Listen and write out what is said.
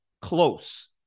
close